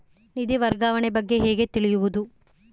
ನಿಧಿ ವರ್ಗಾವಣೆ ಬಗ್ಗೆ ಹೇಗೆ ತಿಳಿಯುವುದು?